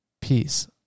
Peace